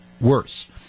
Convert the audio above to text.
worse